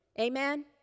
Amen